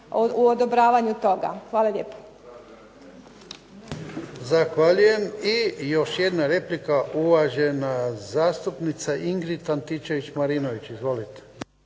u odobravanju toga. Hvala lijepo.